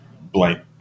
blank